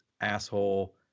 asshole